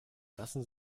lassen